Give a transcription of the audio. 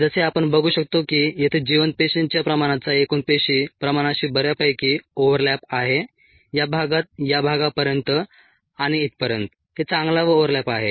जसे आपण बघू शकतो की येथे जिवंत पेशींच्या प्रमाणाचा एकूण पेशी प्रमाणाशी बऱ्यापैकी ओव्हरलॅप आहे या भागात या भागापर्यंत आणि इथपर्यंत येथे चांगला ओव्हरलॅप आहे